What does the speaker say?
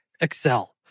Excel